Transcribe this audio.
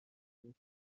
بود